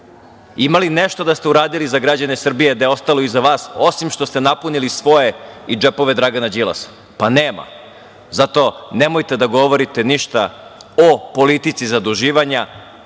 Ima li nešto da ste uradili za građane Srbije da je ostalo iza vas, osim što ste napunili svoje i džepove Dragana Đilasa? Pa, nema. Zato nemojte da govorite ništa o politici zaduživanja.